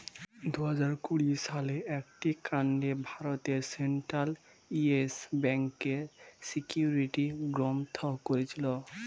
দুহাজার কুড়ি সালের একটি কাণ্ডে ভারতের সেন্ট্রাল ইয়েস ব্যাঙ্ককে সিকিউরিটি গ্রস্ত করেছিল